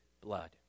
blood